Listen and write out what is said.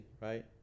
right